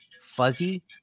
fuzzy